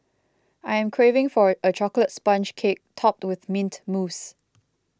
I am craving for a a Chocolate Sponge Cake Topped with Mint Mousse